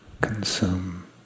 consume